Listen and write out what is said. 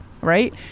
Right